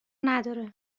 نداره